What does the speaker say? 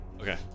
Okay